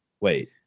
wait